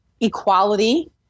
equality